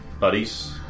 buddies